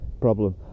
problem